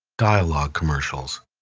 dialogue commercials,